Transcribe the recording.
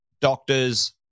doctors